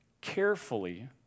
carefully